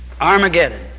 Armageddon